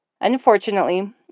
Unfortunately